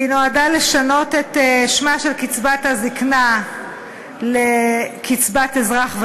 שמציע השר לאזרחים